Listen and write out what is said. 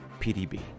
PDB